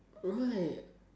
right